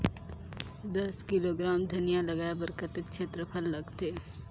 दस किलोग्राम धनिया लगाय बर कतेक क्षेत्रफल लगथे?